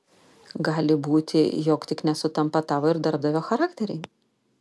gali būti jog tik nesutampa tavo ir darbdavio charakteriai